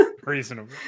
Reasonable